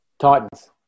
Titans